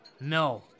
No